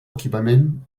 equipament